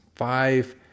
five